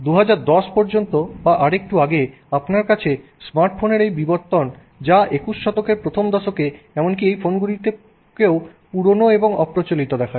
2010 পর্যন্ত বা আরেকটু আগে আপনার কাছে স্মার্টফোনের এই বিবর্তন ছিল যা 21 শতকের প্রথম দশকে এমনকি এই ফোনগুলিকেও পুরানো এবং অপ্রচলিত দেখায়